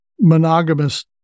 monogamous